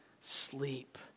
sleep